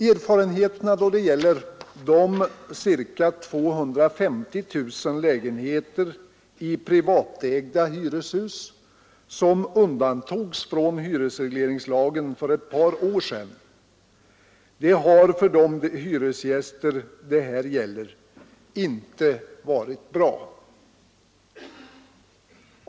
Erfarenheterna då det gäller de cirka 250 000 lägenheter i privatägda hus som undantogs från hyresregleringslagen för ett par år sedan har för de hyresgäster det gäller inte varit bra.